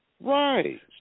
Right